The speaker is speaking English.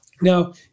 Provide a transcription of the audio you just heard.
Now